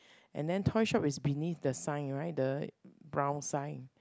and then toy shop is beneath the sign right the brown sign